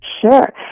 Sure